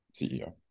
CEO